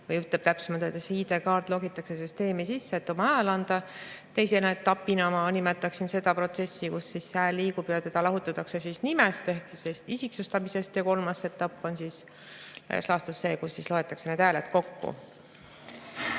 või täpsemalt öeldes ID‑kaart logitakse süsteemi sisse, et oma hääl anda. Teiseks etapiks ma nimetaksin seda protsessi, kus see hääl liigub ja ta lahutatakse nimest ehk isiksustamisest. Ja kolmas etapp on laias laastus see, kus loetakse need hääled kokku. Kui